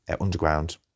Underground